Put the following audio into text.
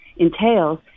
Entails